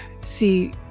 see